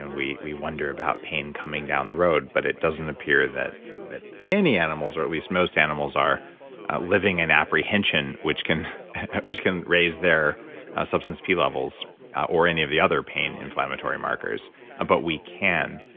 and we we wonder about pain coming down the road, but it doesn't appear that any animals, or, at least, most animals are living in apprehension, which can which can raise their substance p levels or any of the other pain inflammatory markers ah but we can,